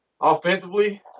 offensively